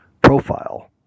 profile